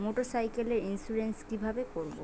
মোটরসাইকেলের ইন্সুরেন্স কিভাবে করব?